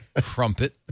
Crumpet